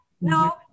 No